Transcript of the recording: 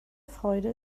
freude